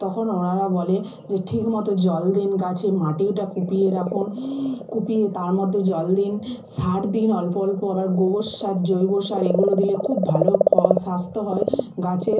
তখন ওনারা বলে যে ঠিক মতো জল দিন গাছে মাটিটা কুপিয়ে রাখুন কুপিয়ে তার মধ্যে জল দিন সার দিন অল্প অল্প আবার গোবর সার জৈব সার এগুলো দিলে খুব ভালো ফ স্বাস্থ্য হয় গাছের